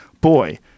boy